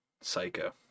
Psycho